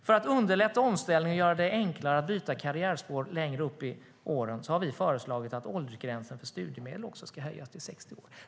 För att underlätta omställningen och göra det enklare att byta karriärspår längre upp i åren har vi också föreslagit att åldersgränsen för studiemedel ska höjas till 60 år.